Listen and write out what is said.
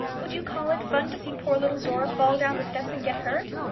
would you call it fun to see poor little dora fall down the steps and get hurt?